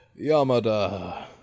Yamada